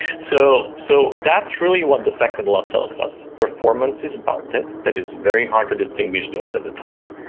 so so that's really what the second law tells us. performance is bounded. that is very hard to distinguish those at the top,